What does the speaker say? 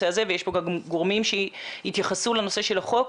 הזה ויש פה גם גורמים שיתייחסו לנושא של החוק,